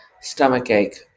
stomachache